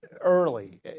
Early